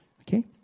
Okay